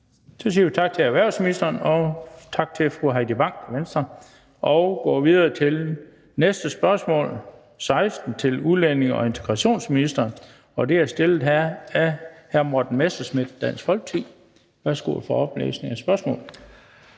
Så siger vi tak til erhvervsministeren, og tak til fru Heidi Bank, Venstre. Så går vi videre til næste spørgsmål, der er nr. 16, til udlændinge- og integrationsministeren, og det er stillet af hr. Morten Messerschmidt, Dansk Folkeparti. Kl. 16:50 Spm.